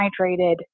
hydrated